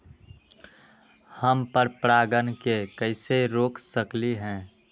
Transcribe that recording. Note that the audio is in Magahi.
हम पर परागण के कैसे रोक सकली ह?